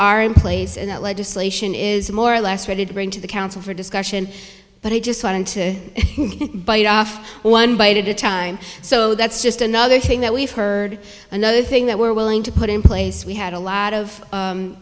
are in place and that legislation is more or less ready to bring to the council for discussion but i just wanted to bite off one bite at a time so that's just another thing that we've heard another thing that we're willing to put in place we had a lot of